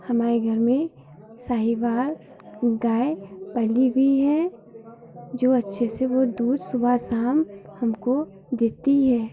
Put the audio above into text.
हमारे घर में साहीवाल गाय पली भी है जो अच्छे से वो दूध सुबह शाम हमको देती है